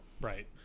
right